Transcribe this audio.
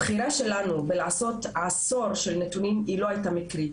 הבחירה שלנו בלעשות עשור של נתונים היא לא היתה מקרית.